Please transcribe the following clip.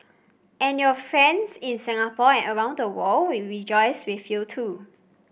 and your friends in Singapore and around the world will rejoice with you too